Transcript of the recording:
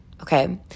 okay